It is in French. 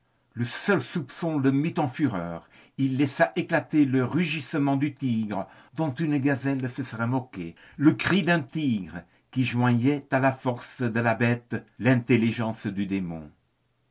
ce seul soupçon le mit en fureur il laissa éclater le rugissement du tigre dont une gazelle se serait moquée le cri d'un tigre qui joignait à la force de la bête l'intelligence du démon